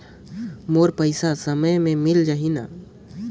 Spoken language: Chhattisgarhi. मोर पइसा समय पे मिल जाही न?